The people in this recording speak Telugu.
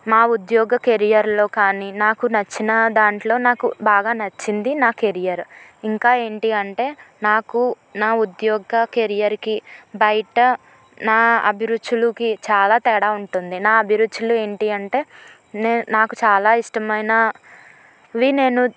మా ఉద్యోగ కెరియర్లో కానీ నాకు నచ్చిన దాంట్లో నాకు బాగా నచ్చింది నా కెరియర్ ఇంకా ఏంటి అంటే నాకు నా ఉద్యోగ కెరియర్కి బయట నా అభిరుచులకి చాలా తేడా ఉంటుంది నా అభిరుచులు ఏంటి అంటే నాకు చాలా ఇష్టమైనవి నేను